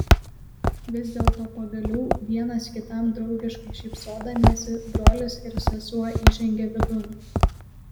vis dėlto pagaliau vienas kitam draugiškai šypsodamiesi brolis ir sesuo įžengė vidun